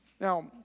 Now